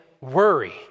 worry